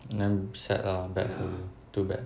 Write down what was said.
then sad lah bad for you too bad